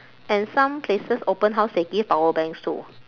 and some places open house they give power banks too